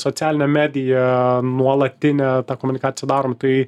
socialine medija nuolatinę komunikaciją darom tai